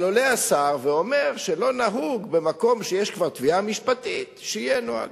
אבל עולה השר ואומר שלא נהוג במקום שיש כבר תביעה משפטית שיהיה נוהג.